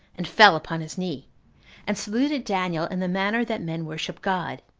and fell upon his knee and saluted daniel in the manner that men worship god,